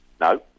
No